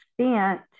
spent